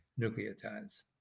nucleotides